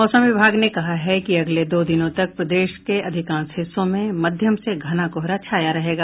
मौसम विभाग ने कहा है कि अगले दो दिनों तक प्रदेश के अधिकांश हिस्सों में मध्यम से घना कोहरा छाया रहेगा